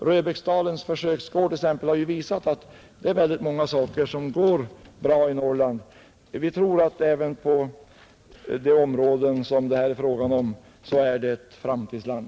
Röbäcksdalens försöksgård t.ex. har ju visat att det är väldigt många saker som går bra i Norrland. Vi tror att även på de områden som det här är fråga om är Norrland ett framtidsland.